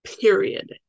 Period